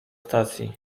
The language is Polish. stacji